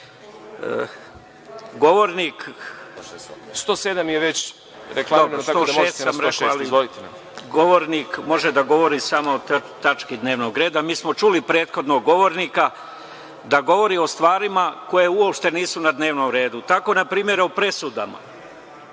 Milićeviću, pozivam se na 106. Govornik može da govori samo o tački dnevnog reda. Mi smo čuli prethodnog govornika da govori o stvarima koje uopšte nisu na dnevnom redu. Tako npr. o presudama,